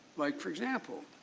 like for example,